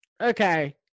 Okay